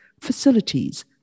facilities